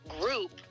group